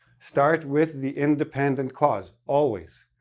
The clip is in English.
start with the independent clause, always.